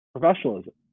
professionalism